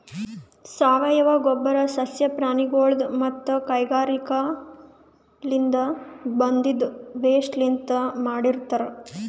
ಸಾವಯವ ಗೊಬ್ಬರ್ ಸಸ್ಯ ಪ್ರಾಣಿಗೊಳ್ ಮತ್ತ್ ಕೈಗಾರಿಕಾದಿನ್ದ ಬಂದಿದ್ ವೇಸ್ಟ್ ಲಿಂತ್ ಮಾಡಿರ್ತರ್